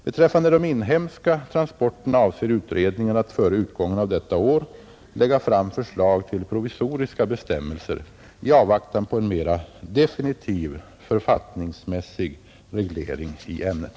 Beträffande de inhemska transporterna avser utredningen att före utgången av detta år lägga fram förslag till provisoriska bestämmelser i avvaktan på en mera definitiv författningsmässig reglering i ämnet.